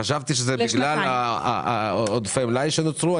חשבתי שזה בגלל עודפי המלאי שנוצרו.